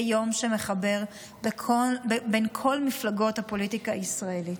יום שמחבר בין כל המפלגות בפוליטיקה הישראלית.